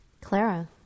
Clara